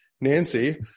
Nancy